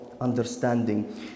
understanding